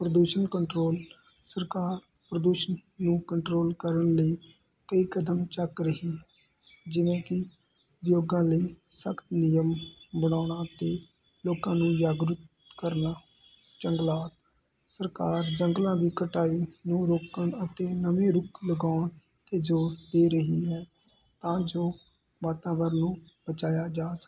ਪ੍ਰਦੂਸ਼ਣ ਕੰਟਰੋਲ ਸਰਕਾਰ ਪ੍ਰਦੂਸ਼ਣ ਨੂੰ ਕੰਟਰੋਲ ਕਰਨ ਲਈ ਕਈ ਕਦਮ ਚੱਕ ਰਹੀ ਜਿਵੇਂ ਕਿ ਯੋਗਾਂ ਲਈ ਸਖ਼ਤ ਨਿਯਮ ਬਣਾਉਣਾ 'ਤੇ ਲੋਕਾਂ ਨੂੰ ਜਾਗਰੂਕ ਕਰਨਾ ਜੰਗਲਾਤ ਸਰਕਾਰ ਜੰਗਲਾਂ ਦੀ ਕਟਾਈ ਨੂੰ ਰੋਕਣ ਅਤੇ ਨਵੇਂ ਰੁੱਖ ਲਗਾਉਣ 'ਤੇ ਜ਼ੋਰ ਦੇ ਰਹੀ ਹੈ ਤਾਂ ਜੋ ਵਾਤਾਵਰਣ ਨੂੰ ਬਚਾਇਆ ਜਾ ਸਕੇ